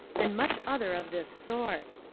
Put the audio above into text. and much other of this sort.